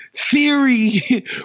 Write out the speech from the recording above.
theory